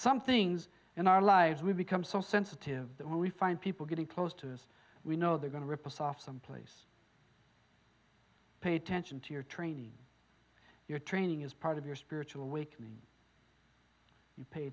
some things in our lives we've become so sensitive that when we find people getting close to us we know they're going to rip us off some place pay attention to your training your training is part of your spiritual awakening you pay